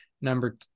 Number